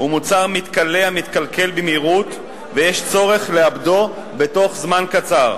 הוא מוצר מתכלה המתקלקל במהירות ויש צורך לעבדו בתוך זמן קצר.